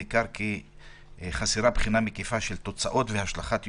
ניכר כי חסרה בחינה מקיפה של תוצאות והשלכת יישומו.